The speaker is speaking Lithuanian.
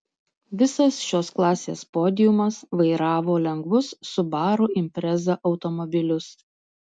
visas šios klasės podiumas vairavo lengvus subaru impreza automobilius